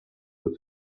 with